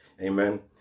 Amen